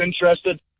interested